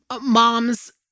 moms